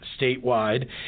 statewide